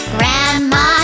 Grandma